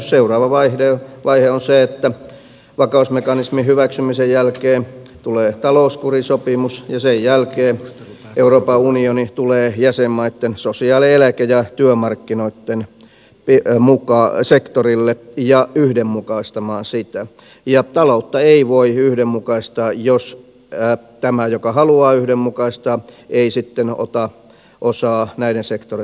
seuraava vaihe on se että vakausmekanismin hyväksymisen jälkeen tulee talouskurisopimus ja sen jälkeen euroopan unioni tulee jäsenmaitten sosiaali eläke ja työmarkkinoitten sektorille ja yhdenmukaistamaan sitä ja taloutta ei voi yhdenmukaistaa jos tämä joka haluaa yhdenmukaistaa ei sitten ota osaa näiden sektoreitten päätösten tekemiseen